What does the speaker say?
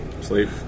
Sleep